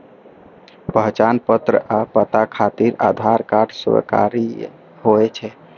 पहचान पत्र आ पता खातिर आधार कार्ड स्वीकार्य होइ छै